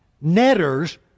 netters